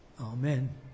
Amen